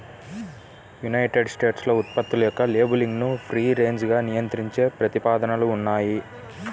United స్టేట్స్లో ఉత్పత్తుల యొక్క లేబులింగ్ను ఫ్రీ రేంజ్గా నియంత్రించే ప్రతిపాదనలు ఉన్నాయి